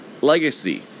legacy